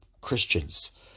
Christians